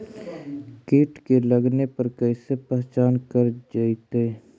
कीट के लगने पर कैसे पहचान कर जयतय?